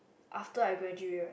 after I graduate right